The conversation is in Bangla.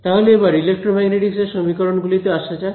তাহলে এবার ইলেক্ট্রোম্যাগনেটিকস এর সমীকরণ গুলিতে আসা যাক